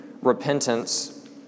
repentance